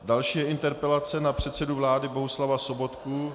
Další je interpelace na předsedu vlády Bohuslava Sobotku.